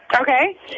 Okay